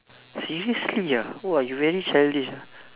seriously ah !wah! you very childish ah